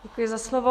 Děkuji za slovo.